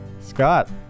Scott